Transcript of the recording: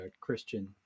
Christian